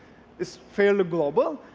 it's fairly global,